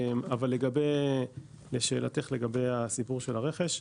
אבל לשאלתך, לגבי הסיפור של הרכש,